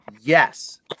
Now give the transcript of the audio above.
Yes